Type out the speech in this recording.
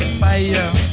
fire